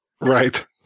Right